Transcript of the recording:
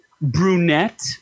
brunette